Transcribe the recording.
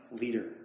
leader